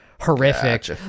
horrific